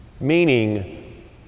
Meaning